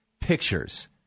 pictures